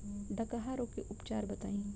डकहा रोग के उपचार बताई?